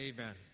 Amen